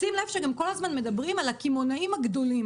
שים לב שגם כל הזמן מדברים על הקמעונאים הגדולים.